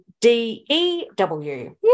D-E-W